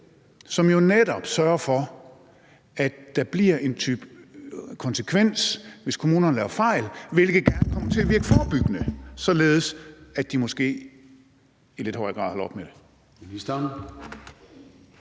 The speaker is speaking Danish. som jo netop sørger for, at der bliver en type konsekvens, hvis kommunerne laver fejl, hvilket gerne kommer til at virke forebyggende, således at de måske i lidt højere grad holder op med